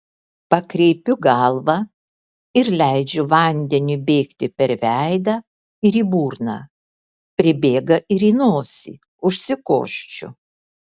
pakreipiu galvą ir leidžiu vandeniui bėgti per veidą ir į burną pribėga ir į nosį užsikosčiu